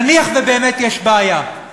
נניח שבאמת יש בעיה,